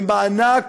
למענק